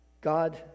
God